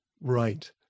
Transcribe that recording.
right